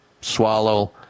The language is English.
swallow